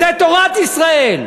זה תורת ישראל.